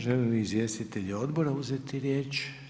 Žele li izvjestitelji odbora uzeti riječ?